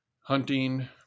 hunting